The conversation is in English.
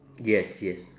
yes yes